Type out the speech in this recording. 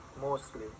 mostly